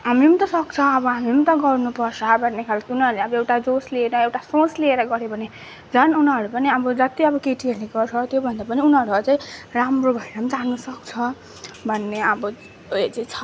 हामी पनि त सक्छ अब हामी पनि त गर्नुपर्छ भन्ने खालको उनीहरूले अब एउटा जोश लिएर एउटा सोच लिएर गऱ्यो भने झन् उनीहरू पनि अब जत्ति अब केटीहरूले गर्छ त्योभन्दा पनि उनीहरू अझै राम्रो भएर पनि जानु सक्छ भन्ने अब उयो चाहिँ छ